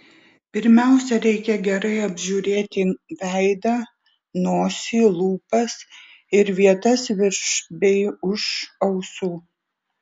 pirmiausia reikia gerai apžiūrėti veidą nosį lūpas ir vietas virš bei už ausų